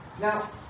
Now